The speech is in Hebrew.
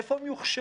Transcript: איפה הם יוכשרו?